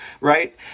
right